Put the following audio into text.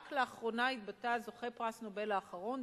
רק לאחרונה התבטא זוכה פרס נובל האחרון,